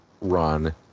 run